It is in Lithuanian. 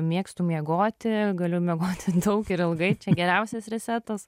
mėgstu miegoti galiu miegoti daug ir ilgai čia geriausias resetas